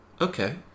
Okay